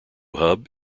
hub